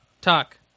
Talk